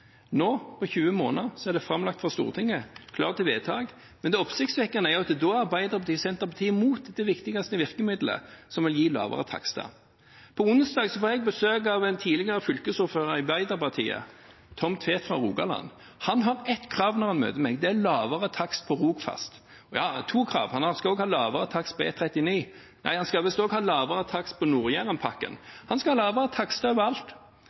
Nå, etter 20 måneder, er den framlagt for Stortinget, klar til vedtak. Men det oppsiktsvekkende er jo at da er Arbeiderpartiet og Senterpartiet imot det viktigste virkemiddelet som vil gi lavere takster. På onsdag får jeg besøk av en tidligere fylkesordfører fra Arbeiderpartiet, Tom Tvedt fra Rogaland. Han har ett krav når han møter meg, og det er lavere takst på Rogfast. Forresten, han har to krav: Han skal også ha lavere takst på E39. Nei, forresten, han skal visst også ha lavere takst på Nord-Jærenpakken. Han skal ha lavere